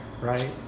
right